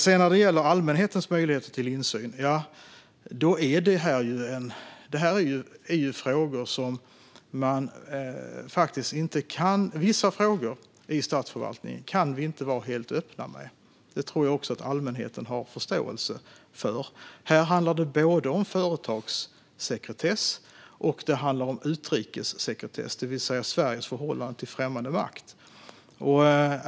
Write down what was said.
När det sedan gäller allmänhetens möjligheter till insyn finns det ju vissa frågor i statsförvaltningen som vi inte kan vara helt öppna med. Det tror jag att även allmänheten har förståelse för. Här handlar det både om företagssekretess och om utrikessekretess, det vill säga Sveriges förhållande till främmande makt.